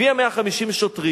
הביאה 150 שוטרים,